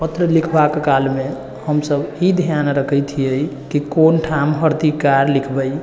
पत्र लिखबाके कालमे हम सभ ई ध्यान रखै छियै कि कोन ठाम हर्षिकार लिखबै